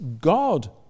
God